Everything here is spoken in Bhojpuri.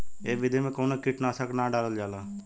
ए विधि में कवनो कीट नाशक ना डालल जाला